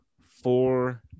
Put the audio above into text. four